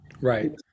right